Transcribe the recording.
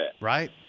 Right